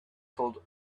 told